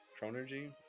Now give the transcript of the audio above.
Chronergy